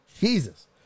Jesus